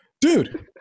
dude